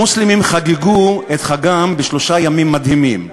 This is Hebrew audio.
המוסלמים חגגו את חגם בשלושה ימים מדהימים.